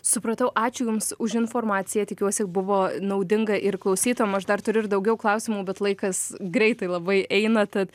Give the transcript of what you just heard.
supratau ačiū jums už informaciją tikiuosi buvo naudinga ir klausytojam aš dar turiu ir daugiau klausimų bet laikas greitai labai eina tad